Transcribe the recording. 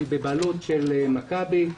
היא בבעלות של מכבי.